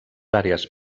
àrees